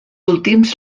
últims